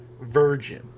Virgin